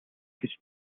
гэж